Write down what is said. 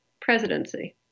presidency